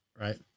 right